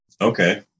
Okay